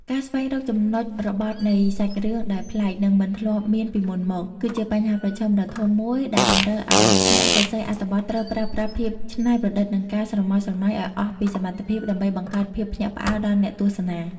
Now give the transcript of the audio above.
ការស្វែងរកចំណុចរបត់នៃសាច់រឿងដែលប្លែក និងមិនធ្លាប់មានពីមុនមក គឺជាបញ្ហាប្រឈមដ៏ធំមួយដែលតម្រូវឱ្យអ្នកសរសេរអត្ថបទត្រូវប្រើប្រាស់ភាពច្នៃប្រឌិត និងការស្រមើស្រមៃឱ្យអស់ពីសមត្ថភាពដើម្បីបង្កើតភាពភ្ញាក់ផ្អើលដល់អ្នកទស្សនា។